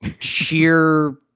sheer